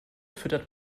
füttert